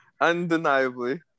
Undeniably